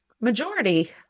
majority